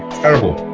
terrible.